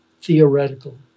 theoretical